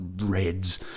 Reds